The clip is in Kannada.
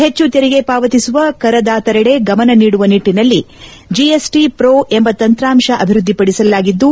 ಹೆಚ್ಚು ತೆರಿಗೆ ಪಾವತಿಸುವ ಕರದಾತರೆಡೆ ಗಮನ ನೀಡುವ ನಿಟ್ಟನಲ್ಲಿ ಜಿಎಸ್ಟಿ ಪ್ರೊ ಎಂಬ ತಂತ್ರಾಂತ ಅಭಿವೃದ್ದಿ ಪಡಿಸಲಾಗಿದ್ದು